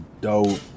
dope